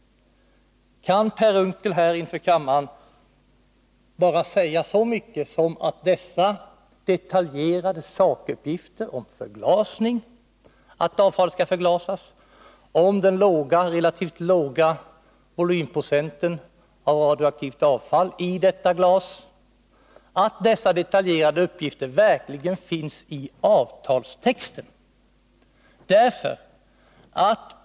Kan Per Unckel inför kammaren bara säga så mycket som att dessa detaljerade sakuppgifter om att bortfallet skall förglasas och om att det är en relativt låg volymprocent radioaktivt avfall i detta glas verkligen finns i avtalstexten?